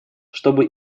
чтобы